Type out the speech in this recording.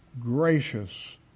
gracious